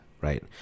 right